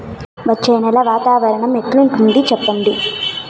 వచ్చే నెల వాతావరణం ఎట్లుంటుంది చెప్పండి?